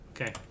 Okay